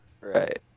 Right